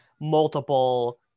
multiple